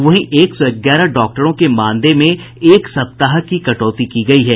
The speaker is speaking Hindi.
वहीं एक सौ ग्यारह डॉक्टरों के मानदेय में एक सप्ताह की कटौती की गयी है